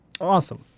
Awesome